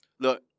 Look